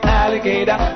alligator